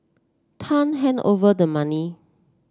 tan handed over the money